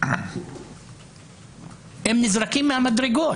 נזרקים מהמדרגות.